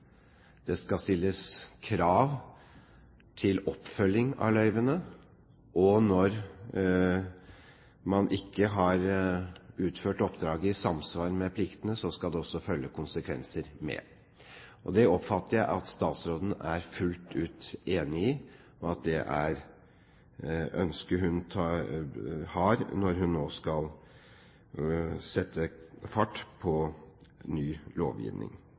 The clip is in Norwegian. oppfølging av løyvene. Når man ikke har utført oppdraget i samsvar med pliktene, skal det også følge konsekvenser med. Det oppfatter jeg at statsråden er fullt ut enig i, og at det er ønsket hun har når hun nå skal sette fart på ny lovgivning.